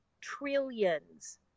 trillions